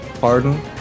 Pardon